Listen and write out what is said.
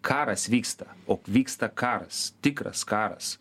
karas vyksta o vyksta karas tikras karas